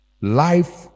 life